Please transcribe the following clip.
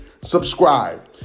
subscribe